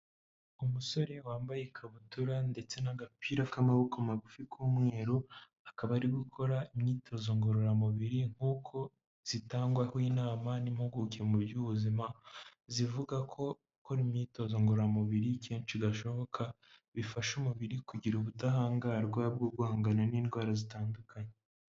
Umusore wambaye ikabutura ndetse n'agapira k'amaboko magufi k'umweru akaba ari gukora imyitozo ngororamubiri nk'uko zitangwaho inama n'impuguke mu by'ubuzima, zivuga ko gukora imyitozo ngororamubiri kenshi gashoboka bifasha umubiri kugira ubudahangarwa bwo guhangana n'indwara zitandukanye.